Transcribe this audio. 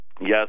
Yes